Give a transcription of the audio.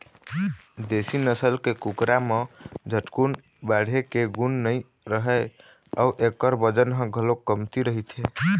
देशी नसल के कुकरा म झटकुन बाढ़े के गुन नइ रहय अउ एखर बजन ह घलोक कमती रहिथे